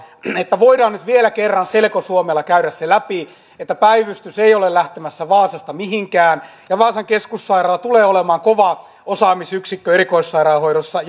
että voidaan nyt vielä kerran selkosuomella käydä se läpi että päivystys ei ole lähtemässä vaasasta mihinkään ja vaasan keskussairaala tulee olemaan kova osaamisyksikkö erikoissairaanhoidossa